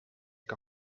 que